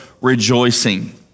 rejoicing